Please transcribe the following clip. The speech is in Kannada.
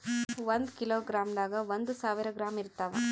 ಒಂದ್ ಕಿಲೋಗ್ರಾಂದಾಗ ಒಂದು ಸಾವಿರ ಗ್ರಾಂ ಇರತಾವ